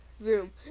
Room